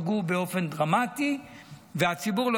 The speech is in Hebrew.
כך שהרשויות לא ייפגעו באופן דרמטי והציבור לא